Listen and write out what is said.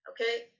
okay